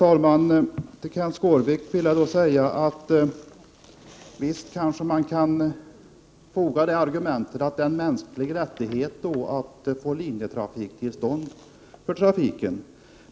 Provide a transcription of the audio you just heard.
Herr talman! Visst kan man anföra argumentet att det är en mänsklig rättighet att få linjetrafiktillstånd för trafik.